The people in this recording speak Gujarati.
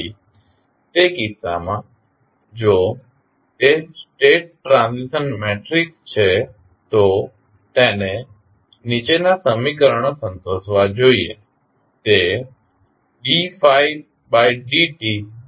તેથી તે કિસ્સામાં જો તે સ્ટેટ ટ્રાન્ઝિશન મેટ્રિક્સ છે તો તેને નીચેના સમીકરણો સંતોષવા જોઈએ તે dφdtAφt છે